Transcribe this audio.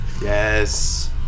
Yes